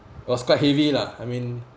was quite heavy lah I mean